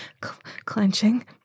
clenching